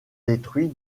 détruit